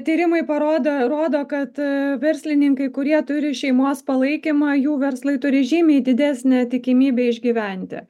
tyrimai parodo rodo kad verslininkai kurie turi šeimos palaikymą jų verslai turi žymiai didesnę tikimybę išgyventi